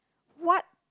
what